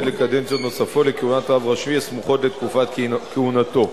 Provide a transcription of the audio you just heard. לקדנציות נוספות לכהונת רב ראשי הסמוכות לתקופת כהונתו.